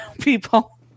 people